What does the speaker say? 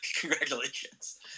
Congratulations